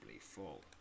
full